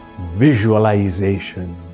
Visualization